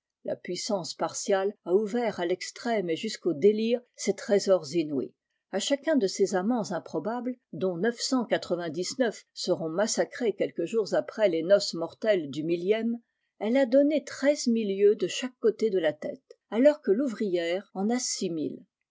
la puissance partiale a ou îrt à l'extrême et jusqu'au délire ses trésors inouïs à chacun de ses amants improbables dont neuf cent quatre-vingt-dix-neuf seront massacrés quelques jours après les noces mortelles du millième elle a donné treize mille yeux de chaque côté de la tête alors que touvrière en